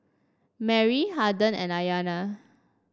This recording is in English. Merry Harden and Ayana